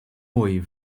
mwy